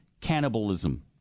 cannibalism